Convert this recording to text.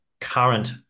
current